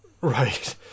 Right